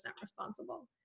responsible